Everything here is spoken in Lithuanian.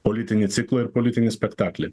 politinį ciklą ir politinį spektaklį